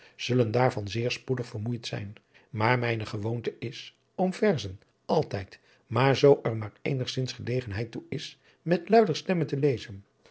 zullen daarvan zeer spoedig vermoeid zijn maar mijne gewoonte is om verzen altijd zoo er maar eenigzins gelegenheid toe is met luider stemme te lezen